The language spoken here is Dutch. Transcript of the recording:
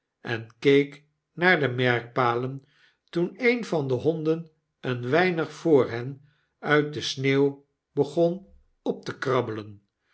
en keek naar de merkpalen toen een van de honden een weinig voor hen uit de sneeuw begon op te krabbelen